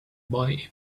boy